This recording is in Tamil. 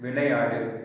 விளையாடு